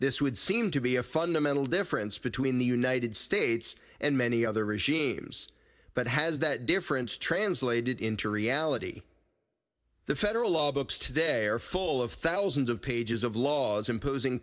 this would seem to be a fundamental difference between the united states and many other regimes but has that difference translated into reality the federal law books today are full of thousands of pages of laws imposing